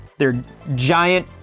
they're giant,